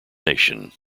nation